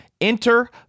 Enter